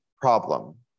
problem